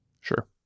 Sure